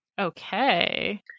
Okay